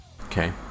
Okay